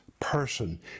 person